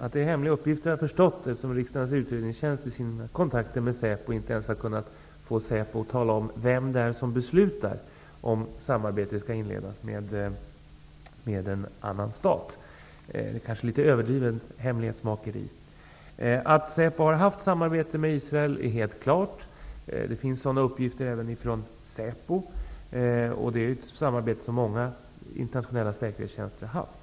Att det är fråga om hemliga uppgifter har jag förstått, eftersom riksdagens utredningstjänst vid sina kontakter med Säpo inte ens har kunnat få Säpo att tala om vem det är som skall besluta om huruvida samarbete skall inledas med en annan stat. Det är ett kanske litet överdrivet hemlighetsmakeri. Att Säpo har haft samarbete med Israel är helt klart. Det finns sådana uppgifter även från Säpo, och det är ett sådant samarbete som många säkerhetstjänster internationellt har haft.